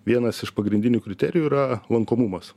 vienas iš pagrindinių kriterijų yra lankomumas